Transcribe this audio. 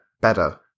better